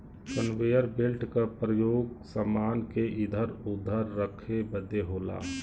conveyor belt क परयोग समान के इधर उधर रखे बदे होला